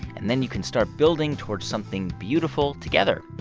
and then you can start building towards something beautiful together.